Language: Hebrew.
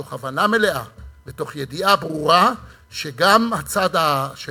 מתוך הבנה מלאה ומתוך ידיעה ברורה שגם הצד של